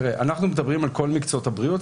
אנחנו מדברים על כל מקצועות הבריאות,